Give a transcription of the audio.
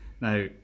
Now